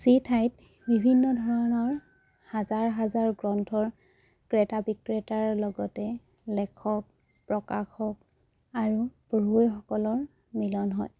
যি ঠাইত বিভিন্ন ধৰণৰ হাজাৰ হাজাৰ গ্ৰন্থৰ ক্ৰেতা বিক্ৰেতাৰ লগতে লেখক প্ৰকাশক আৰু পঢ়ুৱৈসকলৰ মিলন হয়